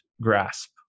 grasp